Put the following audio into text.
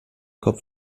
kopf